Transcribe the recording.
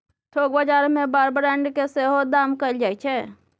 थोक बजार मे बार ब्रांड केँ सेहो दाम कएल जाइ छै